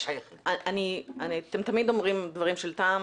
אתם תמיד אומרים דברים של טעם,